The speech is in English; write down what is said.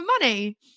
money